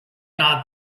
not